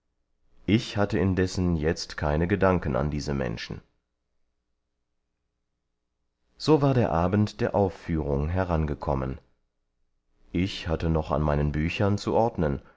ich hatte indessen jetzt keine gedanken an diese menschen so war der abend der aufführung herangekommen ich hatte noch an meinen büchern zu ordnen